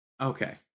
Okay